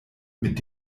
mit